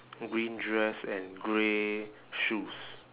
green dress and grey shoes